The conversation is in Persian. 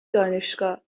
دانشگاهمی